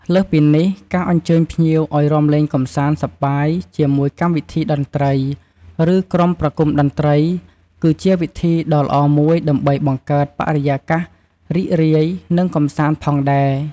លើសពីនេះ ការអញ្ជើញភ្ញៀវឲ្យរាំលេងកម្សាន្តសប្បាយជាមួយកម្មវិធីតន្ត្រី ឬក្រុមប្រគុំតន្ត្រី គឺជាវិធីដ៏ល្អមួយ ដើម្បីបង្កើតបរិយាកាសរីករាយ និងកម្សាន្តផងដែរ។